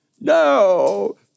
No